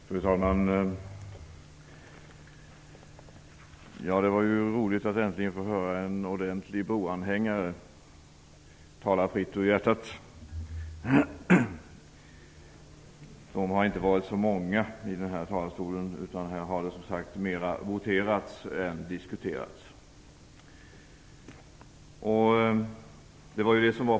Fru talman! Det var roligt att äntligen få höra en broanhängare tala fritt ur hjärtat. De har inte varit så många i den här talarstolen. Här har det som sagt mera voterats än diskuterats.